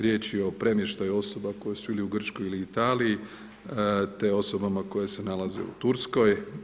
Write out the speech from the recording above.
Riječ je o premještaju osoba koje su ili u Grčkoj ili u Italiji, te osobama koje se nalaze u Turskoj.